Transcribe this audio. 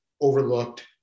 overlooked